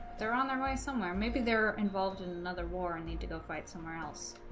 they're on their way somewhere maybe they're involved in another war and need to go fight somewhere else